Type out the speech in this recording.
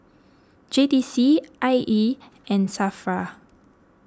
J T C I E and Safra